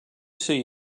see